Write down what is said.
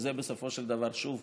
כי שוב,